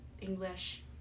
English